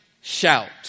shout